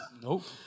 Nope